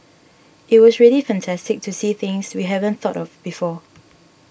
it was really fantastic to see things we haven't thought of before